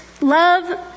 love